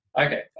Okay